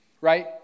right